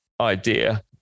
idea